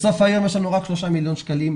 בסוף היום יש לנו רק שלושה מיליון שקלים,